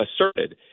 asserted